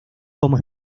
como